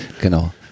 Genau